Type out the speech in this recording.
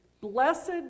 Blessed